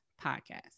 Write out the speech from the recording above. podcast